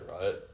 right